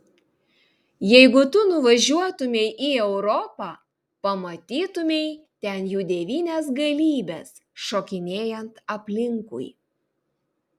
jeigu tu nuvažiuotumei į europą pamatytumei ten jų devynias galybes šokinėjant aplinkui